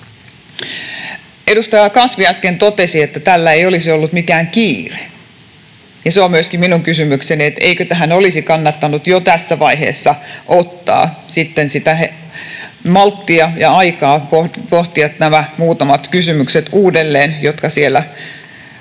Edustaja Kasvi äsken totesi, että tällä ei olisi ollut mikään kiire, ja se on myöskin minun kysymykseni: eikö tähän olisi kannattanut jo tässä vaiheessa ottaa malttia ja aikaa pohtia nämä muutamat kysymykset uudelleen, jotka siellä